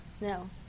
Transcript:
No